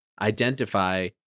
identify